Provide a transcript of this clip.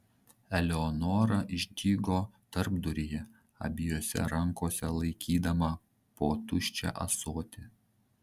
eleonora išdygo tarpduryje abiejose rankose laikydama po tuščią ąsotį